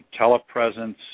telepresence